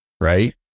right